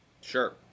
Sure